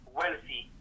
wealthy